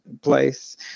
place